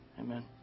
Amen